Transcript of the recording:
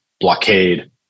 blockade